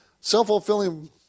self-fulfilling